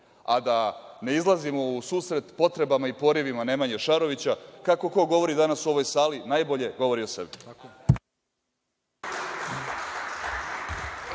a da ne izlazimo u susret potrebama i porivima Nemanje Šarovića. Kako ko govori danas u ovoj sali, najbolje govori o sebi.